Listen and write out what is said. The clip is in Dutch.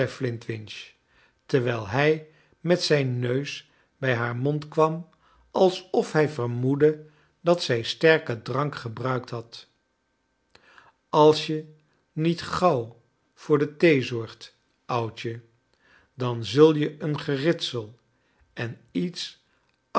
terwijl hij met zijn neus bij haar mond kwam alsof hij vermoedde dat zij sterken drank gebruikt had als je niet gauw voor de thee zorgt oudje dan zul je een geritsel en iets